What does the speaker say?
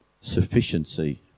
sufficiency